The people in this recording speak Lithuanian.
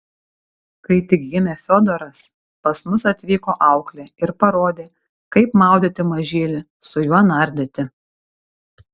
kai tik gimė fiodoras pas mus atvyko auklė ir parodė kaip maudyti mažylį su juo nardyti